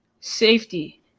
Safety